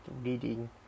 reading